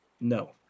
no